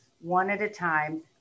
one-at-a-time